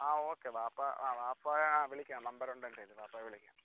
ആ ഓക്കെ ബാപ്പ ആ ബാപ്പ ആ വിളിക്കാം നമ്പർ ഉണ്ട് എന്റെ കയ്യിൽ ബാപ്പയെ വിളിക്കാം